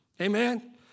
Amen